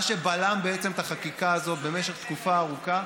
מה שבלם בעצם את החקיקה הזאת במשך תקופה ארוכה,